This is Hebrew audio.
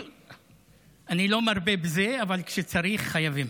אני לא מרבה בזה, אבל כשצריך חייבים.